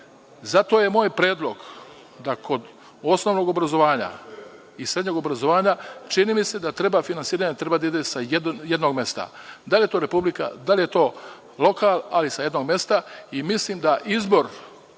Zato je moj predlog da kod osnovnog obrazovanja i srednjeg obrazovanja finansiranje treba da ide sa jednog mesta, da li je to Republika, da li je to lokal, ali sa jednog mesta. Mislim da izbor